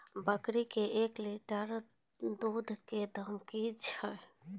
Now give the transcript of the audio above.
बकरी के एक लिटर दूध दाम कि छ?